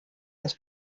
des